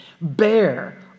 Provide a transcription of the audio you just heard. bear